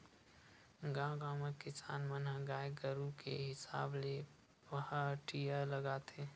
गाँव गाँव म किसान मन ह गाय गरु के हिसाब ले पहाटिया लगाथे